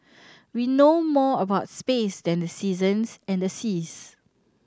we know more about space than the seasons and the seas